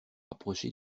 approcher